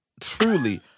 truly